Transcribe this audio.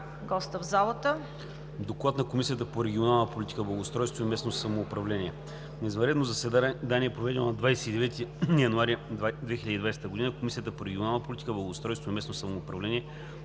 ВЕСЕЛИНОВ: „ДОКЛАД на Комисията по регионална политика, благоустройство и местно самоуправление На извънредно заседание, проведено на 29 януари 2020 г., Комисията по регионална политика, благоустройство и местно самоуправление